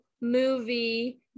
movie